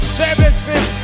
services